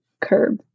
curb